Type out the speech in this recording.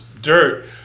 dirt